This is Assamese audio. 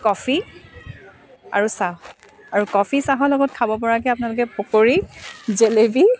কফি আৰু চাহ আৰু কফি চাহৰ লগত খাব পৰাকে আপোনালোকে পকৰি জেলেপী